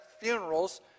funerals